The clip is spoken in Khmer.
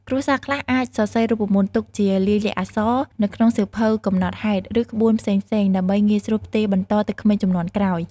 គ្រួសារខ្លះអាចសរសេររូបមន្តទុកជាលាយលក្ខណ៍អក្សរនៅក្នុងសៀវភៅកំណត់ហេតុ ឬក្បួនផ្សេងៗ ដើម្បីងាយស្រួលផ្ទេរបន្តទៅក្មេងជំនាន់ក្រោយ។